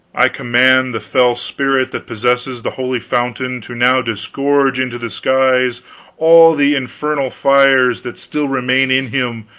i command the fell spirit that possesses the holy fountain to now disgorge into the skies all the infernal fires that still remain in him,